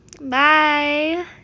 bye